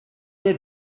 ear